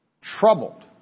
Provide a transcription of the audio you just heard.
troubled